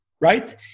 right